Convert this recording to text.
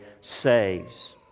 saves